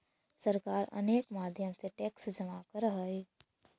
सरकार अनेक माध्यम से टैक्स जमा करऽ हई